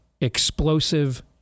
explosive